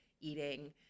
eating